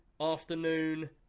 afternoon